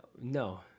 no